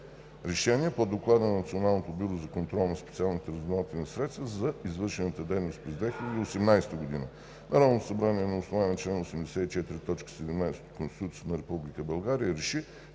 РЕШЕНИЕ по Доклад на Националното бюро за контрол на специалните разузнавателни средства за извършената дейност през 2017 г. Народното събрание на основание чл. 84, т. 17 от Конституцията на Република България